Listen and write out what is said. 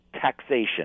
taxation